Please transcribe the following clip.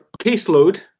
caseload